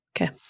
Okay